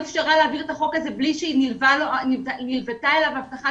אי אפשר להגיד לילדים האלה בגילי לידה עד שלוש שאתם